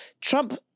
Trump